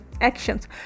actions